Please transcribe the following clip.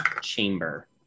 chamber